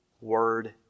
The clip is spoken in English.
word